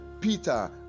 Peter